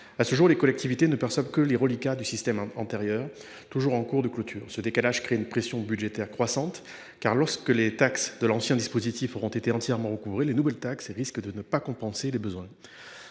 À ce jour, les collectivités locales ne perçoivent que les reliquats du système antérieur, toujours en cours de clôture. Ce décalage crée une pression budgétaire croissante, car, lorsque les taxes de l’ancien dispositif auront été entièrement recouvrées, les nouvelles recettes risquent de ne pas compenser les besoins.